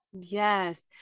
Yes